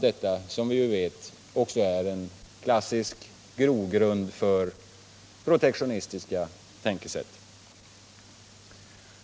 Detta är en klassisk grogrund för protektionistiska tänkesätt.